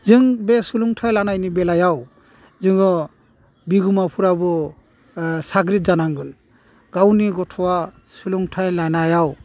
जों बे सोलोंथाइ लानायनि बेलायाव जोङ बिगोमाफ्राबो साग्रिद जानांगोन गावनि गथ'वा सोलोंथाइ लानायाव